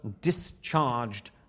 discharged